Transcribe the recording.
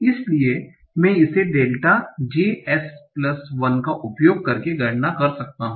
इसलिए मैं इसे डेल्टा j S प्लस 1 का उपयोग करके गणना कर सकता हूं